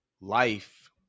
life